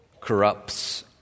corrupts